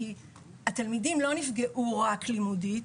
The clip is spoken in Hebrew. כי התלמידים לא נפגעו רק לימודית.